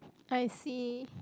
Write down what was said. I see